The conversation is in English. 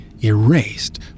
erased